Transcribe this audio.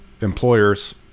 employers